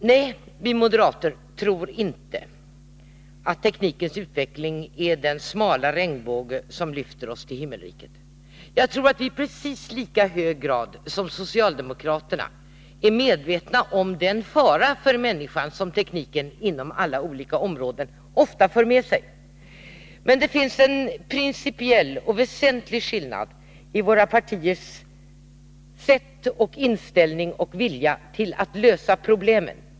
Nej, vi moderater tror inte att teknikens utveckling är den smala regnbåge som lyfter oss till himmelriket. Jag tror att vi i precis lika hög grad som socialdemokraterna är medvetna om den fara för människan som tekniken på alla olika områden ofta för med sig. Men det finns en principiell och väsentlig skillnad i våra partiers inställning och vilja när det gäller att lösa problemen.